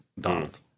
Donald